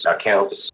accounts